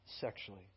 sexually